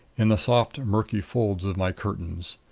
in the soft murky folds of my curtains.